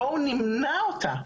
בואו נמנע אותה.